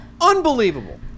unbelievable